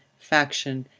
faction,